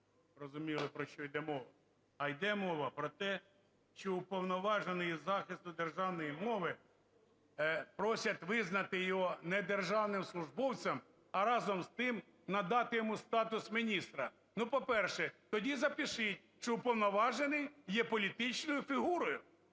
розуміли, про що йде мова, а йде мова про те, що, Уповноважений із захисту державної мови, просять визнати його недержавним службовцям, а разом з тим надати йому статус міністра. Ну, по-перше, тоді запишіть, що уповноважений є політичною фігурою,